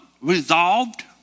Resolved